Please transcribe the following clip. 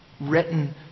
written